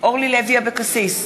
אורלי לוי אבקסיס,